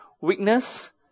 weakness